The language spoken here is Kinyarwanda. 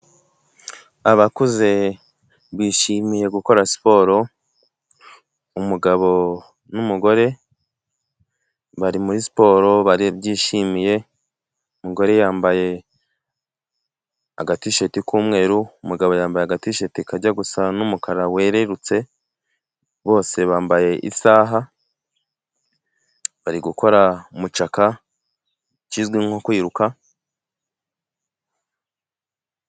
Abakuze bishimiye gukora siporo, umugabo n'umugore bari muri siporo barabyishimiye, umugore yambaye aga ti sheti k'umweru, umugabo yambaye aga ti sheti kajya gusa n'umukara wererutse, bose bambaye isaha bari gukora mucaka kizwi nko kwiruka.